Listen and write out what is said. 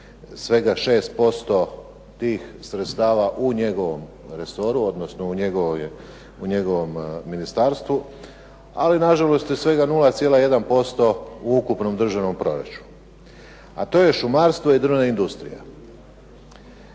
svega 6% tih sredstava u njegovom resoru, odnosno u njegovom ministarstvu. Ali na žalost je svega 0,1% u ukupnom državnom proračunu, a to je šumarstvo i drvna industrija.